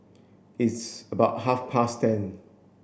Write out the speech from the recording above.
its about half past ten